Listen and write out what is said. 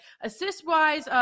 Assist-wise